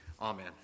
Amen